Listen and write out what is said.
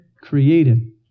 created